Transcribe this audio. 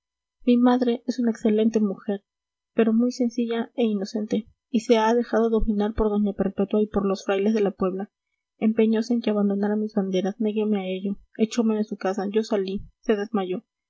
mi madre es una excelente mujer pero muy sencilla e inocente y se ha dejado dominar por d a perpetua y por los frailes de la puebla empeñose en que abandonara mis banderas negueme a ello echome de su casa yo salí se desmayó